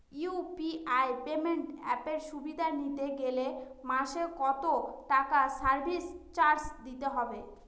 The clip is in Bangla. ইউ.পি.আই পেমেন্ট অ্যাপের সুবিধা নিতে গেলে মাসে কত টাকা সার্ভিস চার্জ দিতে হবে?